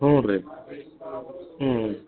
ಹ್ಞೂ ರೀ ಹ್ಞೂ